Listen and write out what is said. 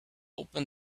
open